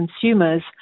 consumers